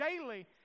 daily